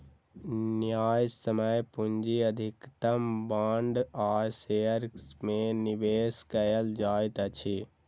न्यायसम्य पूंजी अधिकतम बांड आ शेयर में निवेश कयल जाइत अछि